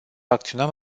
acționăm